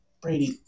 Brady